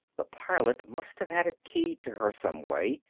the pilot must have had it keyed to her some way,